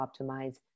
optimize